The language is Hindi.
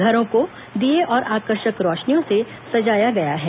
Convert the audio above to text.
घरों को दीये और आकर्षक रोशनियों से सजाया गया है